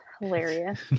hilarious